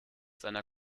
seiner